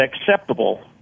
acceptable